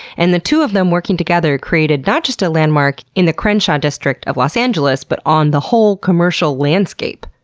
and the two of them working together created not just a landmark in the crenshaw district of los angeles, but on the whole commercial landscape.